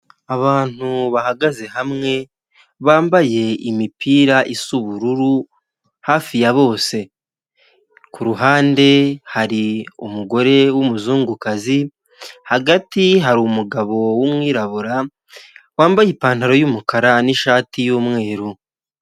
Abantu bahagaze hamwe, bambaye imipira isa ubururu hafi ya bose, kuruhande hari umugore w'umuzungukazi, hagati harir umugabo w'umwirabura wambaye ipantaro y'umukara n'ishati y'umweru.